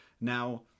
now